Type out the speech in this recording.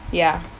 ya